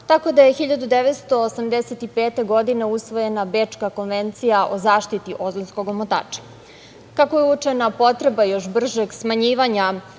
tako da je 1985. godine, usvojena Bečka konvencija o zaštiti ozonskog omotača. Kako je uočena potreba još bržeg smanjivanja